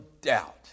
doubt